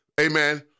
Amen